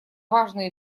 важные